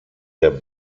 der